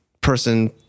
person